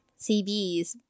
CBs